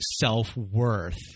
self-worth